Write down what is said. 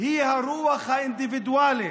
הרוח האינדיבידואלית.